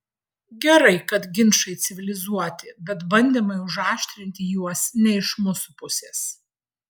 gerai kad ginčai civilizuoti bet bandymai užaštrinti juos ne iš mūsų pusės